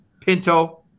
pinto